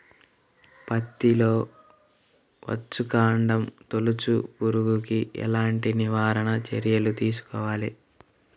పత్తిలో వచ్చుకాండం తొలుచు పురుగుకి ఎలాంటి నివారణ చర్యలు తీసుకోవాలి?